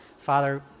Father